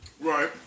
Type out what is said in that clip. Right